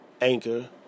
Anchor